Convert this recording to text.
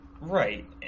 right